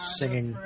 singing